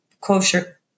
kosher